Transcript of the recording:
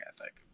ethic